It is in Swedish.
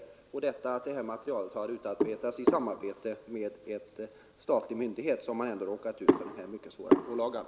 Trots att detta material med trafikinfor mation har utformats i samarbete med en statlig myndighet har man ändå råkat ut för den här mycket tunga pålagan.